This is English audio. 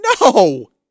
No